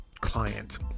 client